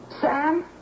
Sam